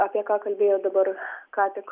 apie ką kalbėjo dabar ką tik